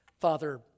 Father